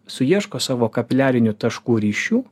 suieško savo kapiliarinių taškų ryšių